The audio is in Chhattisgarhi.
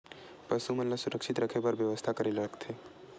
पशु मन ल सुरक्षित रखे बर का बेवस्था करेला लगथे?